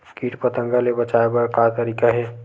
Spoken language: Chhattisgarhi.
कीट पंतगा ले बचाय बर का तरीका हे?